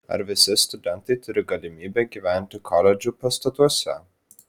ar visi studentai turi galimybę gyventi koledžų pastatuose